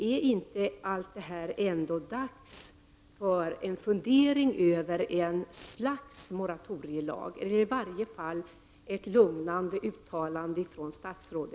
Är det inte dags för statsrådet att fundera över ett slags moratorielagstiftning eller i vart fall att göra ett lugnande uttalande?